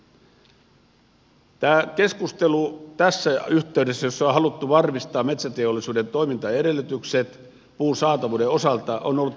tämä keskustelu tässä yhteydessä jossa on haluttu varmistaa metsäteollisuuden toimintaedellytykset puun saatavuuden osalta on ollut hämmentävää